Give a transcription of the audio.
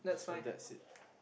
so that's it